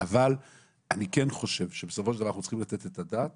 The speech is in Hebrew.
אבל אני כן חושב שבסופו של דבר אנחנו צריכים לתת את הדעת